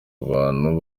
abantu